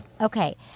Okay